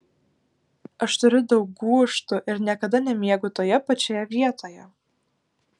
aš turiu daug gūžtų ir niekada nemiegu toje pačioje vietoje